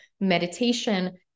meditation